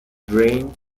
drained